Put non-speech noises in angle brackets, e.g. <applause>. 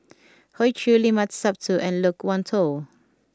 <noise> Hoey Choo Limat Sabtu and Loke Wan Tho